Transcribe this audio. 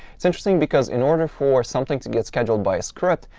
it's interesting because in order for something to get scheduled by a script,